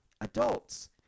adults